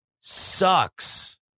sucks